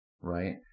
right